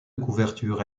couverture